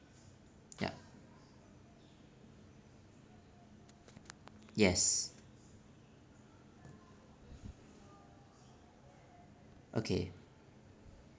yup yes okay